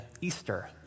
Easter